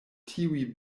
tiuj